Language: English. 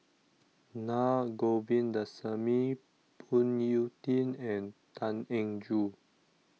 Naa Govindasamy Phoon Yew Tien and Tan Eng Joo